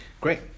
Great